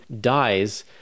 dies